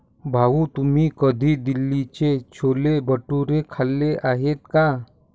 भाऊ, तुम्ही कधी दिल्लीचे छोले भटुरे खाल्ले आहेत का?